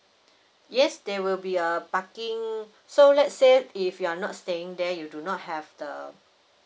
yes there will be a parking~ so let's say if you're not staying there you do not have the